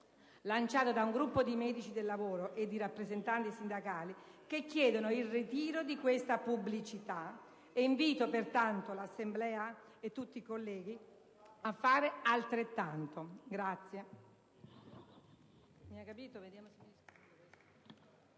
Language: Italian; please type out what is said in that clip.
lanciato da un gruppo di medici del lavoro e di rappresentanti sindacali che chiedono il ritiro di questa pubblicità, e invito l'Assemblea e i colleghi a fare altrettanto.